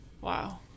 Wow